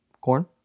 Corn